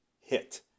hit